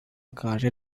care